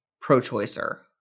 pro-choicer